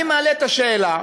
אני מעלה את השאלה,